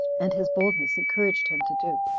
and his boldness encouraged him to do.